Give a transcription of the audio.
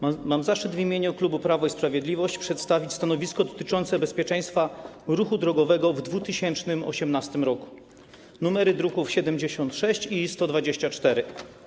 Mam zaszczyt w imieniu klubu Prawo i Sprawiedliwość przedstawić stanowisko dotyczące bezpieczeństwa ruchu drogowego w 2018 r., druki nr 76 i 124.